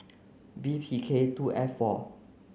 B P K two F four